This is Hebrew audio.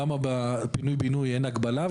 למה בפינוי בינוי אין הגבלה,